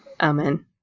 Amen